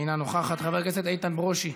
אינה נוכחת, חבר הכנסת איתן ברושי,